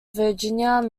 virginia